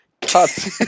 cut